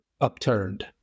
upturned